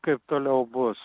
kaip toliau bus